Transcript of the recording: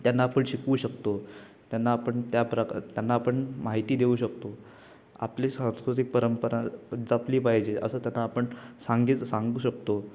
त्यांना आपण शिकवु शकतो त्यांना आपण त्या प्रकार त्यांना आपण माहिती देऊ शकतो आपली सांस्कृतिक परंपरा जपली पाहिजे असं त्यांना आपण सांगित सांगू शकतो